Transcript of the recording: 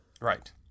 Right